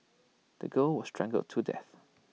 the girl was strangled to death